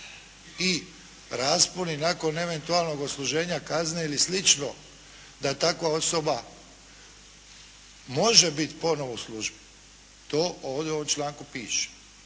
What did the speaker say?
i rasponi nakon eventualnog odsluženja kazne ili sl. da takva osoba može biti ponovo u službi. To ovdje u ovom članku piše.